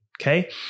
okay